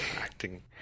acting